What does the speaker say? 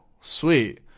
Sweet